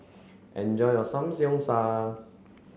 enjoy your Samg